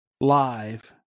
Live